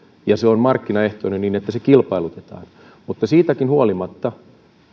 ja se on markkinaehtoinen niin että se kilpailutetaan mutta siitäkin huolimatta